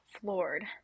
floored